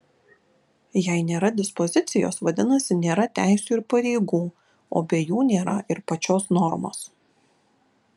jei nėra dispozicijos vadinasi nėra teisių ir pareigų o be jų nėra ir pačios normos